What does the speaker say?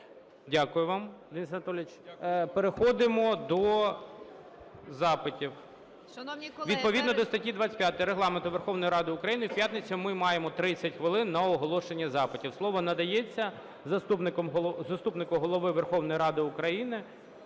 Дякую вам, Денис Анатолійович. Переходимо до запитів. Відповідно до статті 25 Регламенту Верховної Ради України в п'ятницю ми маємо 30 хвилин на оголошення запитів. Слово надається заступнику Голови Верховної Ради України